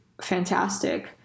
fantastic